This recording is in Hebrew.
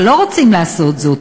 אבל לא רוצים לעשות זאת.